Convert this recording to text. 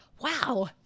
wow